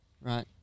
Right